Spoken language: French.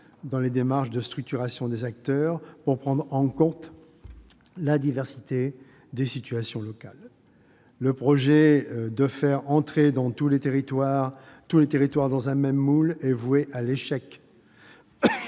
dans les démarches de structuration des acteurs, pour prendre en compte la diversité des situations locales. Un projet revenant à faire entrer tous les territoires dans un même moule est voué à l'échec.